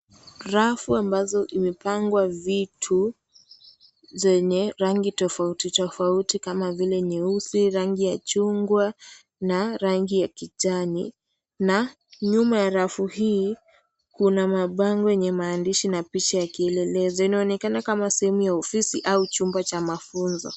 Rafu ambazo imepangwa vitu zenye rangi tofauti tofauti kama vile nyeusi, rangi ya chungwa na rangi ya kijani na nyuma ya rafu hii kuna mabango yenye maandishi na picha ya kielelezo. Inaonekana kama sehemu ya ofisi au chumba cha mafunzo